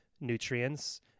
nutrients